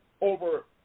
over